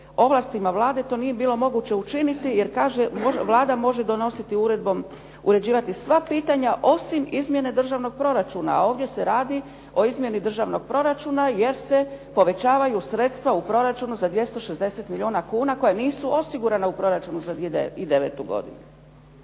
ovlastima Vlade to nije bilo moguće učiniti, jer kaže Vlada može dobnosti uredbom uređivati sva pitanja, osim izmjene državnog proračuna. A ovdje se radi o izmjeni državnog proračuna jer se povećavaju sredstva u proračunu za 260 milijuna kuna koja nisu osigurana u proračunu za 2009. godinu.